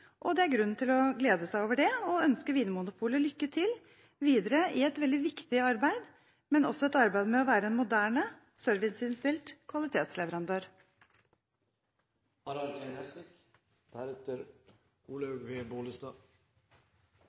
Det er grunn til å glede seg over det og ønske Vinmonopolet lykke til videre i et veldig viktig arbeid, som også handler om å være en moderne, serviceinnstilt